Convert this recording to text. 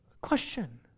Question